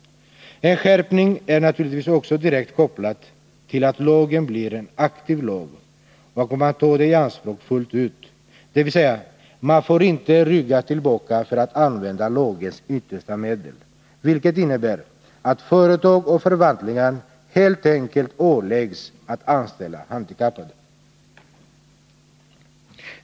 En skärpning är naturligtvis också direkt kopplad till att lagen blir en aktiv lag och att man tar den i anspråk fullt ut, dvs. man får inte rygga tillbaka för att använda lagens yttersta medel, vilket innebär att företag och förvaltningar helt enkelt åläggs att anställa handikappade.